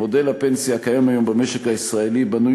מודל הפנסיה הקיים היום במשק הישראלי בנוי